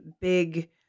big